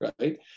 right